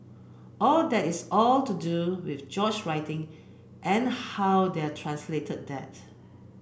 all that is all to do with George writing and how they are translated that